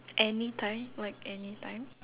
any time like any time